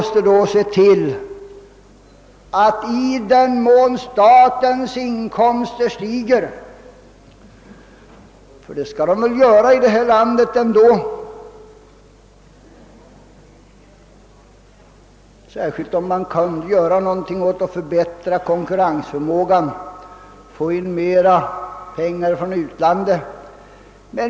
Statens inkomster kommer väl att stiga i det här landet, särskilt om man kan göra någonting för att förbättra konkurrensförmågan och få in mer pengar från utlandet.